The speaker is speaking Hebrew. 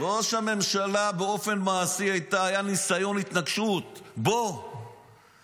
באופן מעשי היה ניסיון התנקשות בראש הממשלה.